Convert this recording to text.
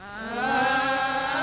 oh